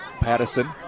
Patterson